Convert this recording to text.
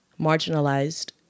marginalized